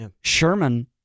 Sherman